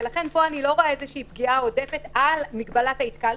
ולכן פה אני לא רואה פגיעה עודפת על מגבלת ההתקהלות,